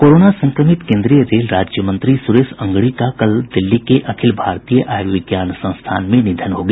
corona संक्रमित केंद्रीय rail राज्यमंत्री सुरेश अंगड़ी का कल दिल्ली के अखिल भारतीय आयुर्विज्ञान संस्थान में निधन हो गया